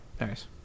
Nice